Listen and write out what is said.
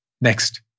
Next